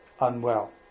unwell